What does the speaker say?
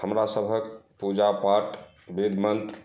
हमरा सभक पूजा पाठ वेदमन्त्र